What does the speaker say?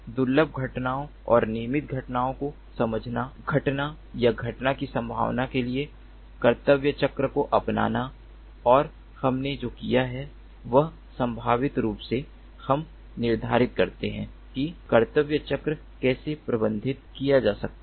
दुर्लभ घटनाओं और नियमित घटनाओं को समझना घटना या घटना की संभावना के साथ कर्तव्य चक्र को अपनाना और हमने जो किया है वह संभावित रूप से हम निर्धारित करते हैं कि कर्तव्य चक्र कैसे प्रबंधित किया जा रहा है